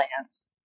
plans